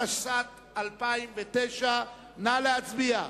התשס"ט 2009. נא להצביע.